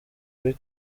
kuri